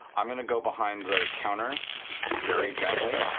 i'm going to go behind the counter very gently.